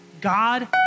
God